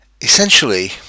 Essentially